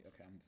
okay